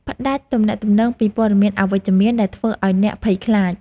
ផ្ដាច់ទំនាក់ទំនងពីព័ត៌មានអវិជ្ជមានដែលធ្វើឱ្យអ្នកភ័យខ្លាច។